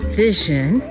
vision